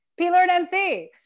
plearnmc